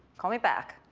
call me back.